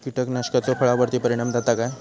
कीटकनाशकाचो फळावर्ती परिणाम जाता काय?